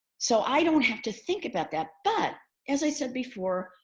so i don't have to think about that. but as i said before,